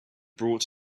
brought